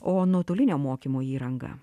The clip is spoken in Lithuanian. o nuotolinio mokymo įranga